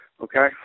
Okay